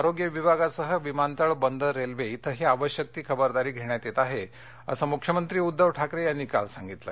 आरोग्य विभागासह विमानतळ बंदर रेल्वे इथंही आवश्यक ती खबरदारी घेण्यात येत आहे असं मुख्यमंत्री उद्घव ठाकरे यांनी काल सांगितलं